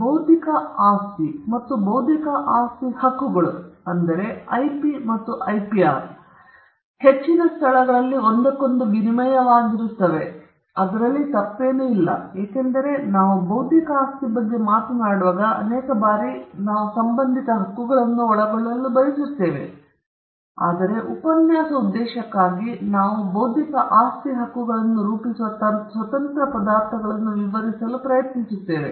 ಈಗ ಬೌದ್ಧಿಕ ಆಸ್ತಿ ಮತ್ತು ಬೌದ್ಧಿಕ ಆಸ್ತಿ ಹಕ್ಕುಗಳು ಅಂದರೆ ಐಪಿ ಮತ್ತು ಐಪಿಆರ್ ಹೆಚ್ಚಿನ ಸ್ಥಳಗಳಲ್ಲಿ ಒಂದಕ್ಕೊಂದು ವಿನಿಮಯವಾಗಿರುತ್ತವೆ ಮತ್ತು ಅದರಲ್ಲಿ ಏನೂ ತಪ್ಪಿಲ್ಲ ಏಕೆಂದರೆ ನಾವು ಬೌದ್ಧಿಕ ಆಸ್ತಿ ಬಗ್ಗೆ ಮಾತನಾಡುವಾಗ ಅನೇಕ ಬಾರಿ ನಾವು ಸಂಬಂಧಿತ ಹಕ್ಕುಗಳನ್ನು ಒಳಗೊಳ್ಳಲು ಬಯಸುತ್ತೇವೆ ಆದರೆ ಉಪನ್ಯಾಸ ಉದ್ದೇಶಕ್ಕಾಗಿ ನಾವು ಬೌದ್ಧಿಕ ಆಸ್ತಿ ಹಕ್ಕುಗಳನ್ನು ರೂಪಿಸುವ ಸ್ವತಂತ್ರ ಪದಾರ್ಥಗಳನ್ನು ವಿವರಿಸಲು ಪ್ರಯತ್ನಿಸುತ್ತೇವೆ